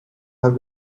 have